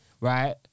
right